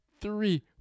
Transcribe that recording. three